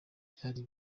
byari